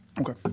Okay